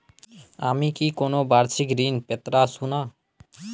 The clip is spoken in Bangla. আমি কি কোন বাষিক ঋন পেতরাশুনা?